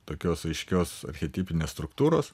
tokios aiškios archetipinės struktūros